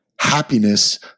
happiness